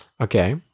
Okay